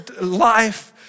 life